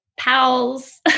pals